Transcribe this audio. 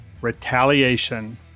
retaliation